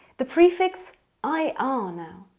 the prefix i r now,